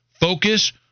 focus